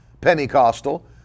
Pentecostal